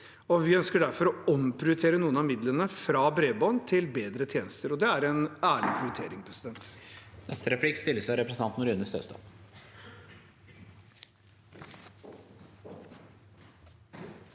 vi ønsker derfor å omprioritere noen av midlene fra bredbånd til bedre tjenester. Det er en ærlig prioritering.